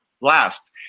last